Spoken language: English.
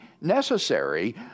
necessary